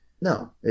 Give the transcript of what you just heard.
no